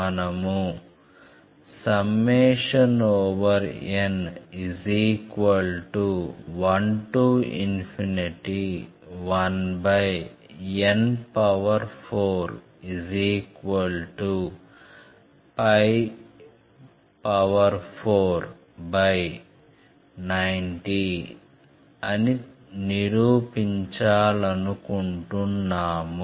మనము n11n4490 అని నిరూపించాలనుకుంటున్నాము